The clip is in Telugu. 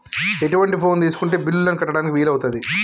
ఎటువంటి ఫోన్ తీసుకుంటే బిల్లులను కట్టడానికి వీలవుతది?